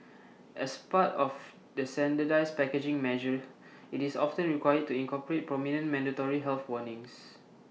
as part of the standardised packaging measure IT is often required to incorporate prominent mandatory health warnings